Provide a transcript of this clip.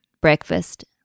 breakfast